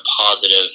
positive